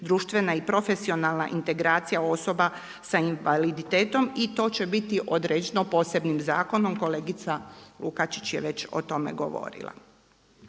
društvena i profesionalna integracija osoba sa invaliditetom i to će biti određeno posebnim zakonom, kolegica Lukačić je već o tome govorila.